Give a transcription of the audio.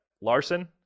Larson